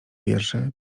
wiersze